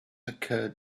occurred